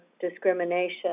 discrimination